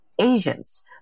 Asians